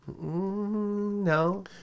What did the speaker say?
No